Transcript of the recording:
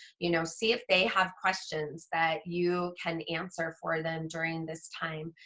you know, see if they have questions that you can answer for them during this time.